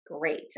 great